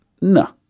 No